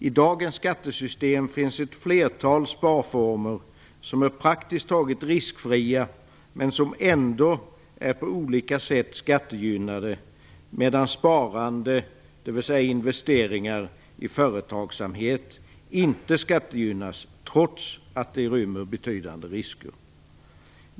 I dagens skattesystem finns ett flertal sparformer som är praktiskt taget riskfria, men som ändå är på olika sätt skattegynnade, medan sparande som innebär investeringar i företagsamhet inte skattegynnas trots att det rymmer betydande risker.